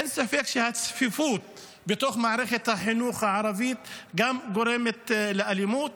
אין ספק שהצפיפות בתוך מערכת החינוך הערבית גם גורמת לאלימות.